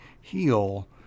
heal